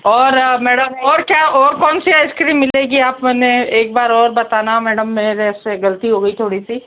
और मैडम और क्या और कौन सी आइसक्रीम मिलेगी अपने एक बार और बताना मैडम मेरे से गलती हो गई थोड़ी सी